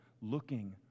looking